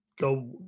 go